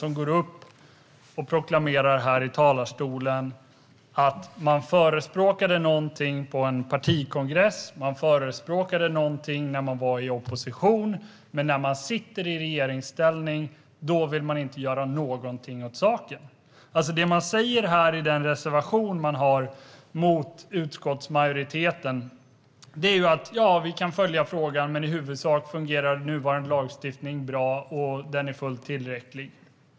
Man går upp här i talarstolen och proklamerar att man förespråkade någonting på en partikongress och man förespråkade någonting när man var i opposition, men när man nu sitter i regeringsställning vill man inte göra någonting åt saken. Det man säger i den reservation man har mot utskottsmajoriteten är: Ja, vi kan följa frågan, men i huvudsak fungerar nuvarande lagstiftning bra och är fullt tillräcklig.